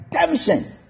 redemption